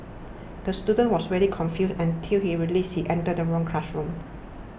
the student was very confused until he realised he entered the wrong classroom